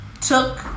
took